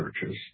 churches